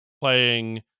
playing